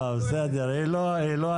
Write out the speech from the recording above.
לא, בסדר, היא לא הדיון.